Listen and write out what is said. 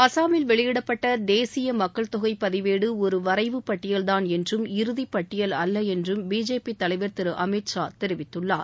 அசாமில் வெளியிடப்பட்ட தேசிய மக்கள் தொகை பதிவேடு ஒரு வரைவு பட்டியல் தான் என்றும் இறுதி பட்டியல் அல்ல என்றும் பிஜேபி தலைவர் திரு அமித் ஷா தெரிவித்துள்ளார்